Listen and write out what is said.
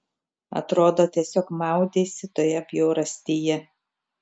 atrodo tiesiog maudeisi toje bjaurastyje